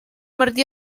martí